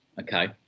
okay